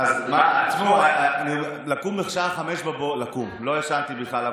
לקום, לא ישנתי בכלל.